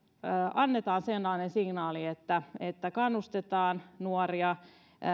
annamme sellaisen signaalin että että kannustetaan nuoria